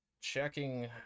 checking